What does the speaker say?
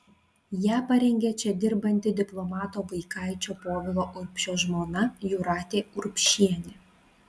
ją parengė čia dirbanti diplomato vaikaičio povilo urbšio žmona jūratė urbšienė